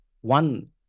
one